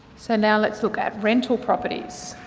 so now let's look at rental properties.